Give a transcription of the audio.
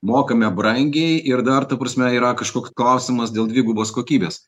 mokame brangiai ir dar ta prasme yra kažkoks klausimas dėl dvigubos kokybės